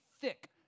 thick